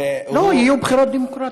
לא, יהיו בחירות דמוקרטיות.